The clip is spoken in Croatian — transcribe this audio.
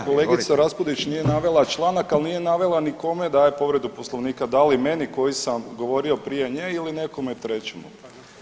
Kolegica Raspudić nije navela članak, ali nije navela ni kome daje povredu Poslovnika, da li meni koji sam govorio prije nje ili nekome trećemu.